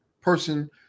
person